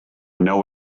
know